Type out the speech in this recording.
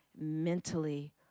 mentally